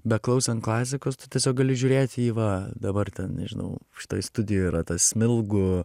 beklausant klasikos tu tiesiog gali žiūrėti į va dabar ten nežinau štai studijoje yra ta smilgų